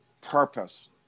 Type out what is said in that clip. purpose